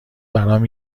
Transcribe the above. برام